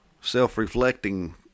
self-reflecting